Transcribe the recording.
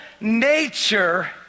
nature